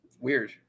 Weird